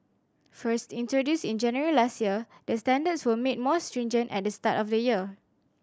first introduced in January last year the standards were made more stringent at the start of the year